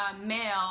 male